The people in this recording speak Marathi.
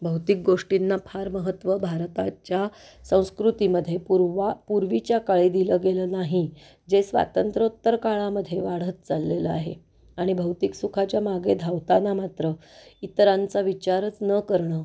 भौतिक गोष्टींना फार महत्त्व भारताच्या संस्कृतीमध्ये पूर्वा पूर्वीच्या काळी दिलं गेलं नाही जे स्वातंत्र्योत्तर काळामध्ये वाढत चाललेलं आहे आणि भौतिक सुखाच्या मागे धावताना मात्र इतरांचा विचारच न करणं